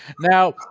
now